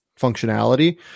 functionality